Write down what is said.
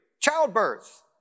childbirth